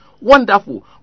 Wonderful